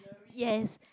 yes